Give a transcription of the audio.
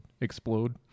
explode